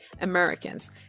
Americans